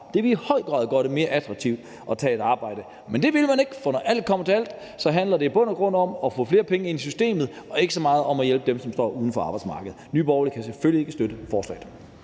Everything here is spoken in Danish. Det ville i høj grad gøre det mere attraktivt at tage et arbejde. Men det ville man ikke, for når alt kommer til alt, handler det i bund og grund om at få flere penge ind i systemet og ikke så meget om at hjælpe dem, der står uden for arbejdsmarkedet. Nye Borgerlige kan selvfølgelig ikke støtte forslaget.